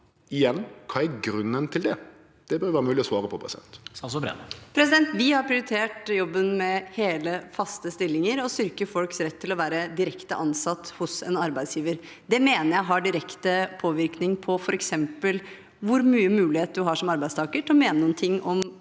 Kva er grunnen til det? Det bør det vere mogleg å svare på. Statsråd Tonje Brenna Vi har prioritert jobben med hele, faste stillinger og å styrke folks rett til å være direkte ansatt hos en arbeidsgiver. Det mener jeg har direkte påvirkning på f.eks. hvor mye mulighet du har som arbeidstaker til å mene noe om